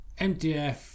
MDF